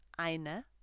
eine